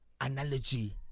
analogy